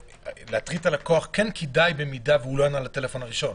להטריד את הלקוח כן כדאי אם הוא לא ענה לטלפון הראשון.